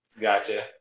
Gotcha